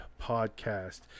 podcast